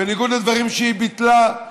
בניגוד לדברים שהיא ביטלה,